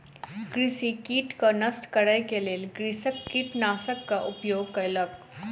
कृषि कीटक नष्ट करै के लेल कृषक कीटनाशकक उपयोग कयलक